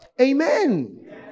Amen